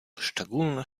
szczególne